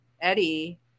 Eddie